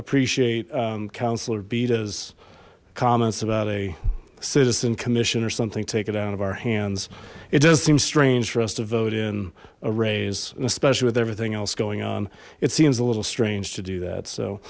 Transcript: appreciate counselor beaters comments about a citizen commission or something take it out of our hands it does seem strange for us to vote in a raise especially with everything else going on it seems a little strange to do that so